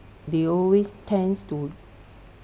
they always tends to